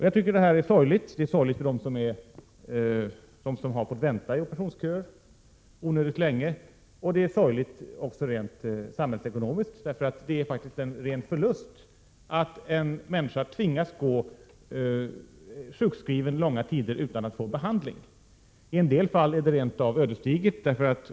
Jag tycker att detta är sorgligt. Det är sorgligt för dem som har fått vänta i operationsköer onödigt länge, och det är sorgligt också samhällsekonomiskt sett, eftersom det ofta är en ren förlust att en människa tvingas gå sjukskriven lång tid utan att få behandling. I en del fall är det rent av ödesdigert.